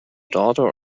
daughter